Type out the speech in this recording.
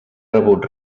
rebut